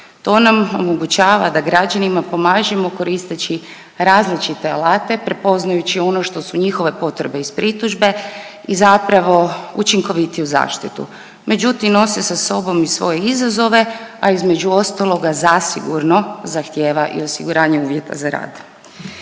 To nam omogućava da građanima pomažemo koristeći različite alate prepoznajući ono što su njihove potrebe iz pritužbe i zapravo učinkovitiju zaštitu. Međutim, nose sa sobom i svoje izazove, a između ostaloga zasigurno zahtijeva i osiguranje uvjeta za rad.